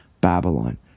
Babylon